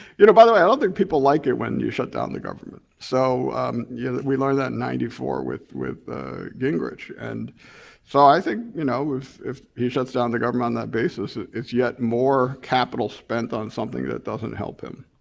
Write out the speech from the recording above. you know by the way, i don't think people like it when you shut down the government. so yeah we learned that in ninety four with with gingrich. and so i think you know if if he shuts down the government on that basis it's yet more capital spent on something that doesn't help him.